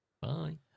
Bye